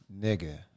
Nigga